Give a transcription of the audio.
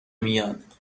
میاد